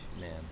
Man